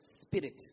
spirit